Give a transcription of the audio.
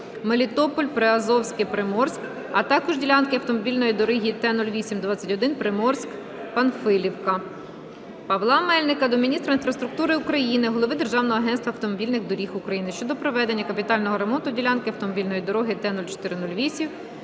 Мелітополь-Приазовське-Приморськ, а також ділянки автомобільної дороги Т-08-21 Приморськ-Панфилівка. Павла Мельника до міністра інфраструктури України, голови Державного агентства автомобільних доріг України щодо проведення капітального ремонту ділянки автомобільної дороги T-04-08